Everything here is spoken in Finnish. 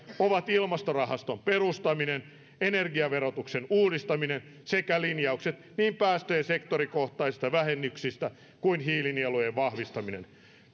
ovat ilmastorahaston perustaminen energiaverotuksen uudistaminen sekä linjaukset niin päästöjen sektorikohtaisista vähennyksistä kuin hiilinielujen vahvistamisesta